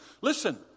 Listen